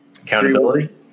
Accountability